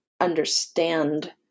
understand